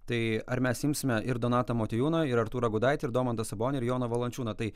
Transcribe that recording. tai ar mes imsime ir donatą motiejūną ir artūrą gudaitį ir domantą sabonį ir joną valančiūną tai